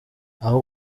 aho